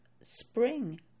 Spring